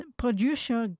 producer